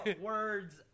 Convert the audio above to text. word's